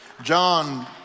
John